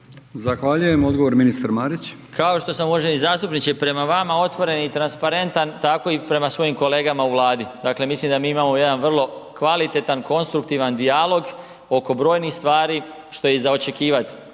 Zahvaljujem. Odgovor ministar Marić. **Marić, Zdravko** Kao što sam uvaženi zastupniče prema vama otvoren i transparentan tako i prema svojim kolegama u Vladi. Dakle mislim da mi imamo jedan vrlo kvalitetan, konstruktivan dijalog oko brojnih stvari što je i za očekivati.